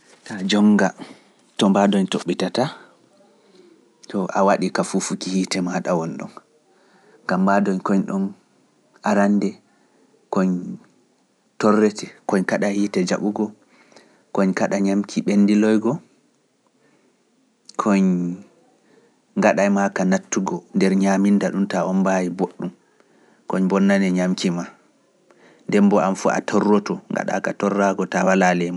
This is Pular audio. Ta jonnga to mbaadoñ toɓɓitata, to a waɗi ka fuufuki hiite maa ɗa won ɗon, gam mbaadoñ koñ ɗon arande, koñ torrete, koñ kaɗa hiite jaɓugo, koñ kaɗa ñamki ɓendiloygo, koñ ngaɗa e maa ka nattugo nder ñaminda ɗum, taa on mbaawi mboɗ ɗum, koñ bonnane ñamki maa, ndemboo am fof a torroto, ngaɗa ka torraago, taa walaa leemaaru.